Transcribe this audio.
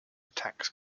attacks